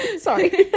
Sorry